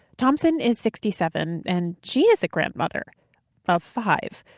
thompson is sixty seven and she is a grandmother of five.